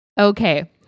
okay